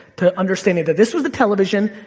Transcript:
to understanding that this was the television,